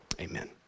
amen